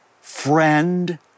friend